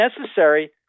necessary